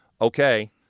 okay